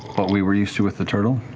what we were used to with the turtle?